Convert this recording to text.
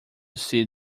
see